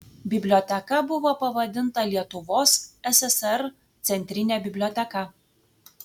biblioteka buvo pavadinta lietuvos ssr centrine biblioteka